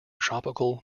tropical